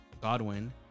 Godwin